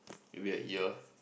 maybe a year